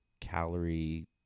calorie